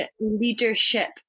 leadership